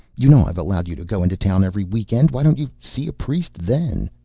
you know i've allowed you to go into town every week-end. why don't you see a priest then?